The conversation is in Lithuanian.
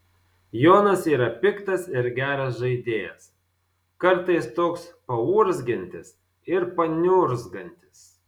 jonas yra piktas ir geras žaidėjas kartais toks paurzgiantis ir paniurzgantis